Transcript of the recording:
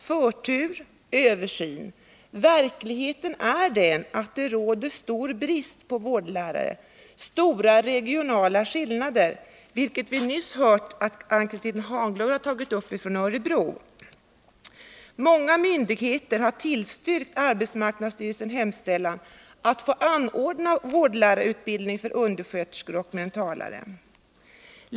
Förtur, översyn — verkligheten är den att det råder stor brist på vårdlärare, stora regionala skillnader, vilket vi nyss hört att Ann-Cathrine Haglund redovisat då det gäller Örebro. Många myndigheter har tillstyrkt AMS hemställan att få anordna vårdlärarutbildning för undersköterskor och mentalskötare.